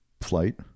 flight